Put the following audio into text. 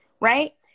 right